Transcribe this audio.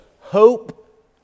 hope